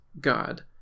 God